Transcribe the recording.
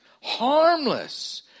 harmless